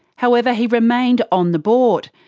however, he remained on the board,